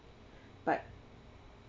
but